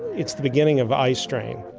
it's the beginning of eye strain.